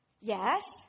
Yes